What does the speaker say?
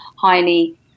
highly